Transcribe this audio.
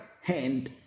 hand